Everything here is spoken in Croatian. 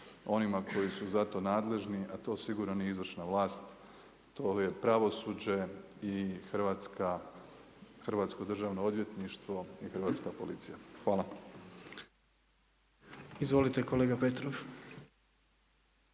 onima koji su za to nadležni a to sigurno nije izvršna vlast, to je pravosuđe i Hrvatsko državno odvjetništvo i Hrvatska policija. Hvala. **Reiner, Željko